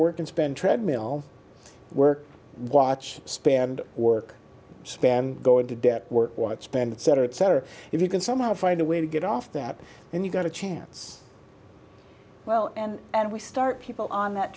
work and spend treadmill work watch spanned work span go into debt work watch spend cetera et cetera if you can somehow find a way to get off that and you got a chance well and and we start people on that